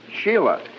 Sheila